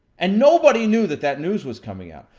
and nobody knew that that news was coming out.